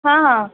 हा हा